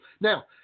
Now